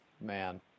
Man